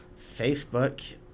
Facebook